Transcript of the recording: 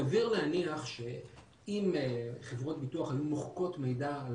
סביר להניח שאם חברות ביטוח היו מוחקות מידע על